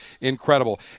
incredible